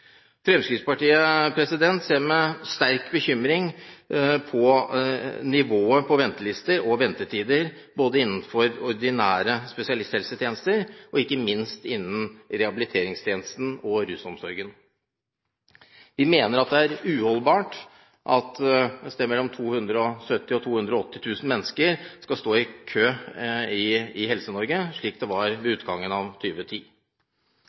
ser med sterk bekymring på nivået på ventelister og ventetider både innenfor ordinære spesialisthelsetjenester og ikke minst innenfor rehabiliteringstjenesten og rusomsorgen. Vi mener det er uholdbart at et sted mellom 270 000 og 280 000 mennesker skal stå i kø i Helse-Norge, slik det var ved utgangen av